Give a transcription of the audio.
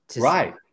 Right